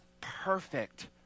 perfect